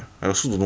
mm